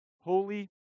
holy